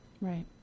Right